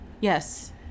Yes